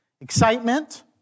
Excitement